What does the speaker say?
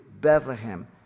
Bethlehem